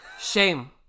Shame